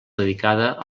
dedicada